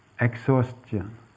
exhaustion